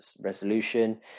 resolution